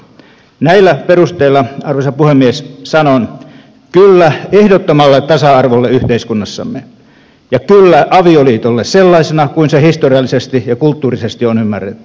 näillä perusteilla arvoisa puhemies sanon kyllä ehdottomalle tasa arvolle yhteiskunnassamme ja kyllä avioliitolle sellaisena kuin se historiallisesti ja kulttuurisesti on ymmärretty